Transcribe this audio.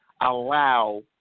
allow